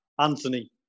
Anthony